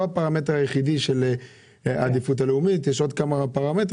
אמרתי שזה לא הפרמטר היחידי של העדיפות הלאומית אלא יש עוד כמה פרמטרים.